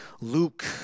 Luke